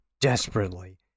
desperately